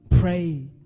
pray